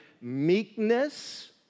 meekness